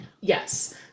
Yes